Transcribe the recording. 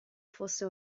fosse